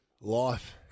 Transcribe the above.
Life